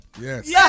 Yes